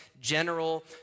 general